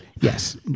Yes